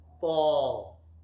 fall